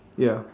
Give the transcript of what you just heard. ya